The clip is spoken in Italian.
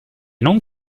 non